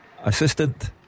Assistant